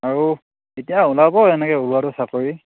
আৰু এতিয়া ওলাব এনেকৈ ওলোৱাটো চাকৰি